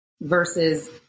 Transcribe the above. versus